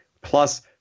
plus